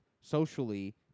socially